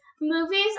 movies